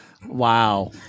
Wow